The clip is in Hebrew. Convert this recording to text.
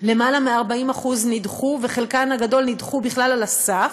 למעלה מ-40% נדחו, וחלקן הגדול נדחו בכלל על הסף,